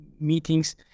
meetings